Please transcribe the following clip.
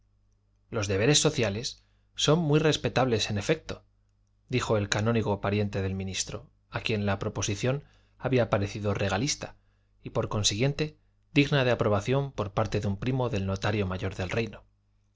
los deberes sociales son muy respetables en efecto dijo el canónigo pariente del ministro a quien la proposición había parecido regalista y por consiguiente digna de aprobación por parte de un primo del notario mayor del reino